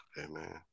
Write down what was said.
Amen